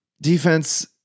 defense